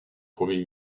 premier